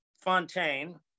Fontaine